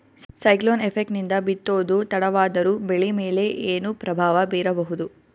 Cyclone effect ನಿಂದ ಬಿತ್ತೋದು ತಡವಾದರೂ ಬೆಳಿ ಮೇಲೆ ಏನು ಪ್ರಭಾವ ಬೀರಬಹುದು?